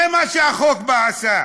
זה מה שהחוק בא ועשה.